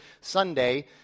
Sunday